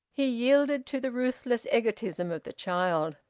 he yielded to the ruthless egotism of the child.